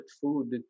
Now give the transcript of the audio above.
food